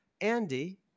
Andy